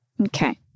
Okay